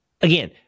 again